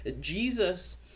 Jesus